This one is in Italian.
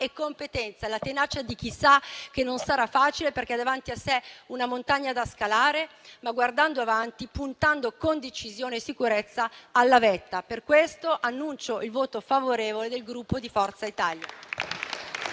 competenza, la tenacia di chi sa che non sarà facile, perché ha davanti a sé una montagna da scalare, guardando avanti e puntando con decisione e sicurezza alla vetta. Per questo annuncio il voto favorevole del Gruppo Forza Italia.